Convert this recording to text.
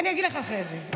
אני אגיד לך אחרי זה,